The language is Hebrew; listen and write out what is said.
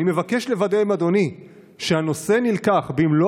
אני מבקש לוודא עם אדוני שהנושא נלקח במלוא